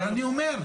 אבל אני אומר,